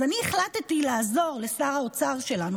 אז אני החלטתי לעזור לשר האוצר שלנו,